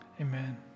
amen